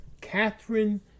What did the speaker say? Catherine